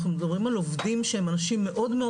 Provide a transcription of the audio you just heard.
אנחנו מדברים על עובדים שהם אנשים מאוד מאוד